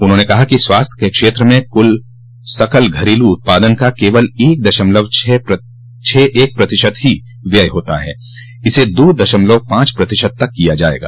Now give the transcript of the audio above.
उन्होंने कहा कि स्वास्थ्य के क्षेत्र में कुल सकल घरेलू उत्पादन का केवल एक दशमलव छः एक प्रतिशत ही व्यय होता है इसे दो दशमलव पांच प्रतिशत तक किया जायेगा